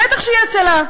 בטח שהיא עצלה.